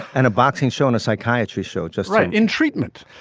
and a boxing show in a psychiatry's show, just right in treatment.